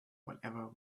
whatever